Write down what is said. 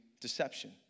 Deception